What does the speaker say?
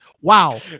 Wow